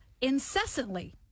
incessantly